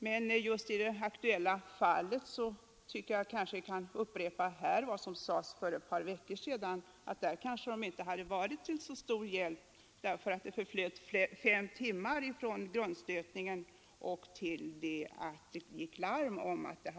Men just i det aktuella fallet tycker jag man kan upprepa vad som sades för några veckor sedan, nämligen att detta kanske inte hade varit till så stor hjälp, eftersom det förflöt fem timmar från grundstötningen fram till dess att det slogs larm om olyckan.